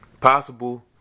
possible